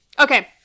Okay